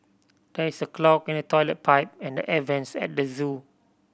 there is a clog in the toilet pipe and the air vents at the zoo